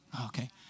Okay